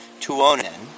Tuonen